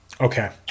Okay